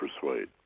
persuade